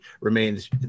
remains